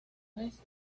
aves